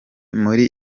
muri